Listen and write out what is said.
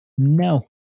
No